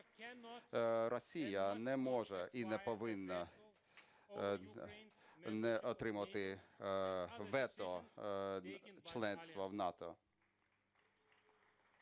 Росія не може і не повинна не отримувати вето членства в НАТО.